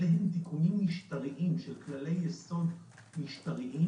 אלה הם תיקונים משטריים של כללי-יסוד משטריים,